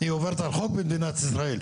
היא עוברת על חוק במדינת ישראל.